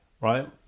Right